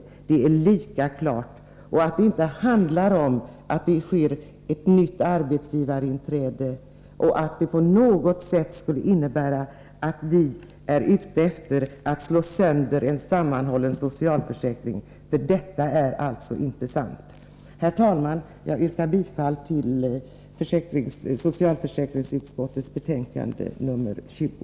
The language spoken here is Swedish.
Likaså är det klart att det inte handlar om ett nytt arbetsgivarinträde eller att vi på något sätt skulle vara ute efter att slå sönder en sammanhållen socialförsäkring. Herr talman! Jag yrkar bifall till socialförsäkringsutskottets hemställan i betänkandet nr 20.